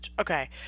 Okay